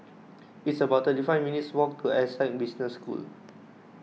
it's about thirty five minutes' walk to Essec Business School